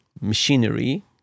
machinery